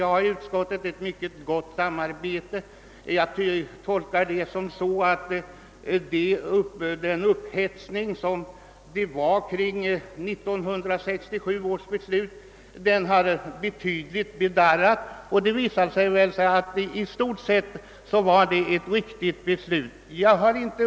Vi har i utskottet haft ett mycket gott samarbete, och det tolkar jag så, att den upphetsning som uppstod kring 1967 års beslut nu har bedarrat betydligt. Det visar väl att det beslutet i stort sett var riktigt.